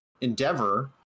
endeavor